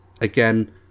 again